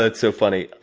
ah so funny.